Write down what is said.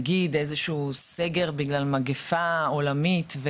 נגיד איזשהו סגר בגלל מגפה עולמית,